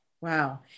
wow